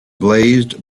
blazed